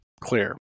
clear